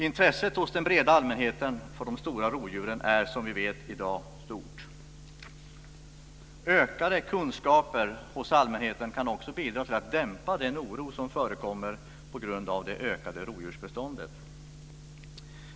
Intresset hos den breda allmänheten för de stora rovdjuren är, som vi vet, i dag stort. Ökade kunskaper hos allmänheten kan också bidra till att dämpa den oro som förekommer på grund av det ökade rovdjursbeståndet.